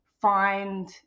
find